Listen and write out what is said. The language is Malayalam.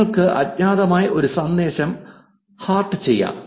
നിങ്ങൾക്ക് അജ്ഞാതമായി ഒരു സന്ദേശം ഹാർട്ട് ചെയ്യാം